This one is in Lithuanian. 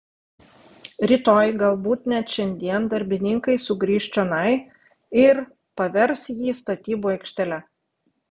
rytoj galbūt net šiandien darbininkai sugrįš čionai ir pavers jį statybų aikštele